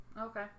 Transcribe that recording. okay